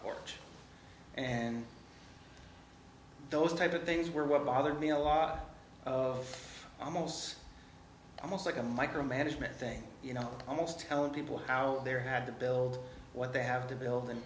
porch and those type of things were what bothered me a lot of almost almost like a micromanagement thing you know almost telling people how they're had to build what they have to build